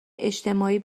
اجتماعی